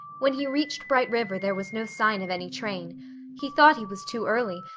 when he reached bright river there was no sign of any train he thought he was too early,